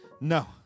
no